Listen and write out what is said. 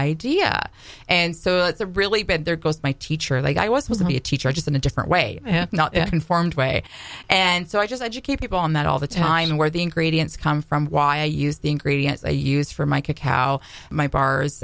idea and so it's a really bad there goes my teacher like i was was to be a teacher just in a different way not informed way and so i just educate people on that all the time where the ingredients come from why i use the ingredients they use for my kick how my bars